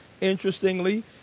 interestingly